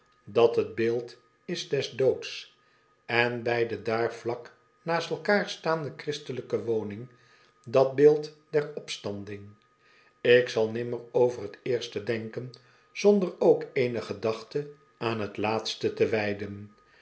dat t beeld is des doods en bij de daar vlak naast staande christelijke woning dat beeld der opstanding ik zal nimmer over t eerste denken zonder ook eene gedachte aan t laatste te wijden